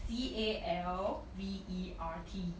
C A L V E R T